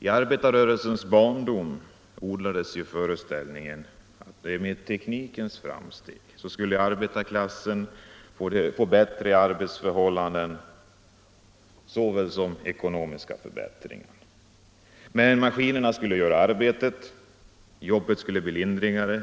I arbetarrörelsens barndom odlades ju föreställningen att med teknikens framsteg skulle arbetarklassen få både bättre arbetsförhållanden och ekonomiska förbättringar. Maskinerna skulle göra arbetet. Jobbet skulle bli lindrigare.